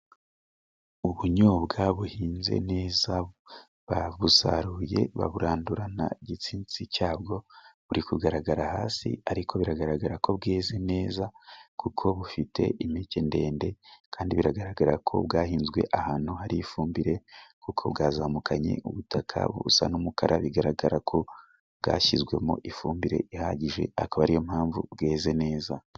Ubunyobwa buhinze neza babusaruye baburandura nta igitsintsi cyabwo buri kugaragara hasi, ariko biragaragara ko bweze neza kuko bufite impeke ndende, kandi biragaragara ko bwahinzwe ahantu hari ifumbire, kuko bwazamukanye ubutaka busa n'umukara. Bigaragara ko bwashyizwemo ifumbire ihagije akaba ariyo mpamvu bweze neza.